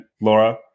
Laura